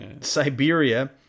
Siberia